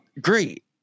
Great